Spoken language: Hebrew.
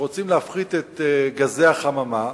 שרוצים להפחית את גזי החממה